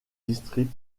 district